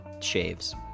shaves